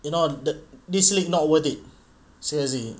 you know the this league not worth it seriously